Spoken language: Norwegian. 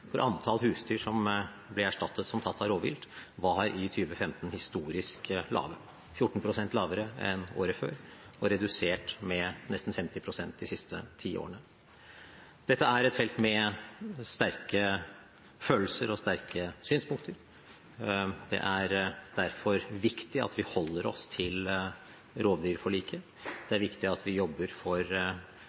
husdyr som ble erstattet som tatt av rovvilt, var i 2015 historisk lavt, 14 pst. lavere enn året før og redusert med nesten 50 pst. de siste ti årene. Dette er et felt med sterke følelser og sterke synspunkter. Det er derfor viktig at vi holder oss til rovdyrforliket. Det er viktig at vi jobber for